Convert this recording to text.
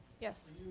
Yes